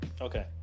Okay